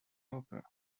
hopper